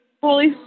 Holy